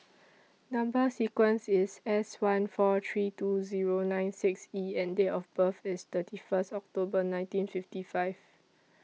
Number sequence IS S one four three two Zero nine six E and Date of birth IS thirty one October nineteen fifty five